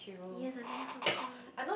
yes I very hungry